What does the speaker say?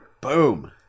Boom